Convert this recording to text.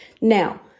Now